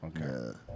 Okay